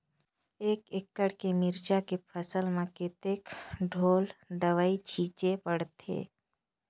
एक एकड़ के मिरचा के फसल म कतेक ढोल दवई छीचे पड़थे?